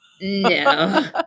No